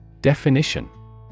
Definition